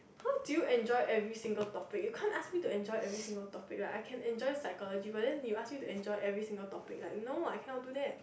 how do you enjoy every single topic you can't ask me to enjoy every single topic right I can enjoy phychology but then you ask me to enjoy every single topic like no I cannot do that